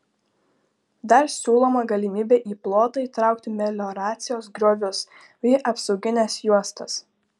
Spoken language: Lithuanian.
dar siūloma galimybė į plotą įtraukti melioracijos griovius bei apsaugines juostas